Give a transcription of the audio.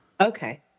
Okay